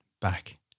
back